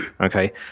Okay